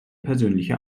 persönliche